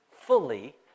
fully